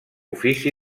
ofici